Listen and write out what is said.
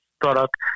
product